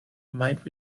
might